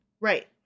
Right